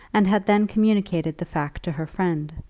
and had then communicated the fact to her friend.